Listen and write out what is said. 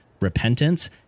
repentance